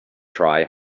try